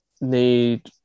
need